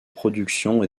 production